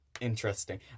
interesting